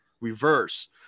reverse